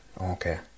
Okay